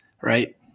right